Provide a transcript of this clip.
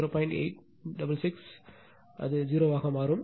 866 ஆக இருக்கும் அது 0 ஆக மாறும்